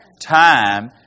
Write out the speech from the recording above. Time